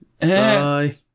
bye